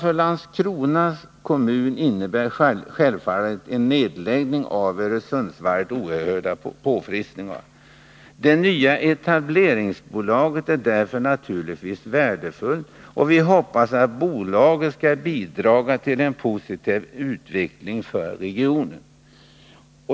För Landskrona kommun innebär självfallet en nedläggning av Öresundsvarvet oerhörda påfrestningar. Det nya etableringsbolaget är därför naturligtvis värdefullt, och vi hoppas att bolaget skall bidra till en positiv utveckling för regionen.